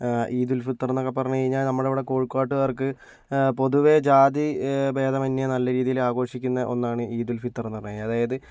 ഈദുൽഫിത്തർ എന്നൊക്കെ പറഞ്ഞു കഴിഞ്ഞാൽ നമ്മൾ ഇവിടെ കോഴിക്കോട്ടുകാർക്ക് പൊതുവേ ജാതിഭേദമന്യേ നല്ല രീതിയിൽ ആഘോഷിക്കുന്ന ഒന്നാണ് ഈദുൽഫിത്തർ എന്ന് പറഞ്ഞു കഴിഞ്ഞാൽ അതായത്